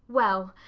well!